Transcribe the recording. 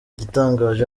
igitangaje